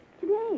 Today